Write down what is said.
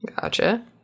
Gotcha